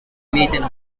meeting